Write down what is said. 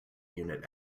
unit